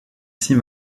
six